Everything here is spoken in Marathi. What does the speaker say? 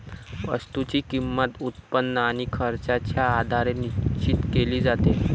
वस्तूची किंमत, उत्पन्न आणि खर्चाच्या आधारे निश्चित केली जाते